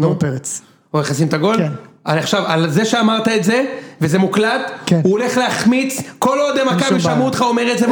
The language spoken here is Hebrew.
נור פרץ, הוא הולך לשים את הגול, אני עכשיו, על זה שאמרת את זה, וזה מוקלט, כן, הוא הולך להחמיץ כל עוד במכבי שמעו אותך אומר את זה,